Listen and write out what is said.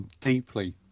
deeply